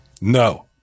No